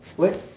what